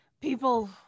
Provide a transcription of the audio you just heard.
people